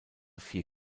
vier